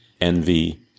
envy